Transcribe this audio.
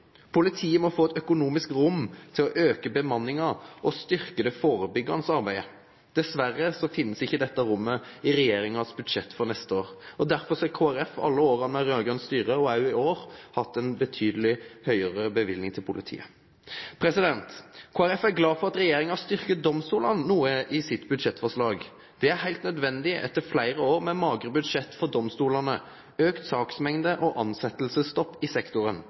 Politiet må få et økonomisk rom til å øke bemanningen og styrke det forebyggende arbeidet. Dessverre finnes ikke dette rommet i regjeringens budsjett for neste år. Derfor har Kristelig Folkeparti i alle år med rød-grønt styre, og også i år, hatt en betydelig høyere bevilging til politiet. Kristelig Folkeparti er glad for at regjeringen styrker domstolene noe i sitt budsjettforslag. Det er helt nødvendig etter flere år med magre budsjetter for domstolene, økt saksmengde og ansettelsesstopp i sektoren.